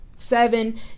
Seven